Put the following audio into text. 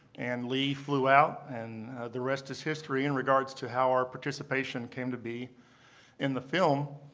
and lee flew out. and the rest is history in regards to how our participation came to be in the film.